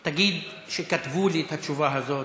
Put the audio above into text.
תגיד: כתבו לי את התשובה הזאת,